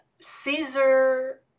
Caesar